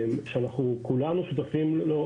שכולנו שותפים לו,